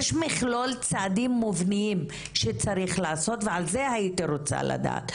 יש מכלול צעדים מבניים שצריך לעשות ועל זה הייתי רוצה לדעת.